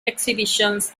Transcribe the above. exhibitions